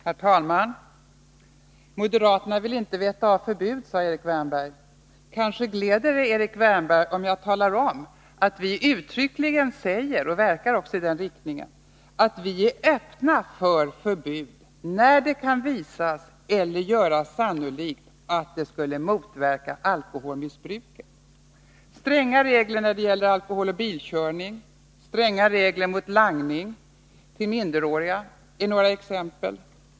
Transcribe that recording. Herr talman! Moderaterna vill inte veta av förbud, sade Erik Wärnberg. Kanske gläder det honom om jag talar om att vi uttryckligen säger — och vi verkar också i den riktningen — att vi är öppna för förbud när det kan visas eller göras sannolikt att det skulle motverka alkoholmissbruket. Stränga regler när det gäller alkohol och bilkörning och stränga regler mot langning till minderåriga är ett par exempel.